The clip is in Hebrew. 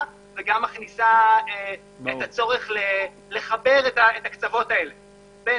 וגם מכניסה את הצורך לחבר את הקצוות האלה בין,